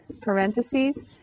parentheses